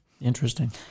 Interesting